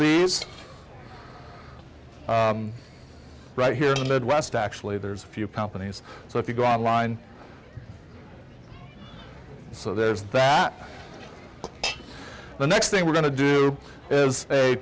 these right here in the midwest actually there's a few companies so if you go online so there's that the next thing we're going to do is a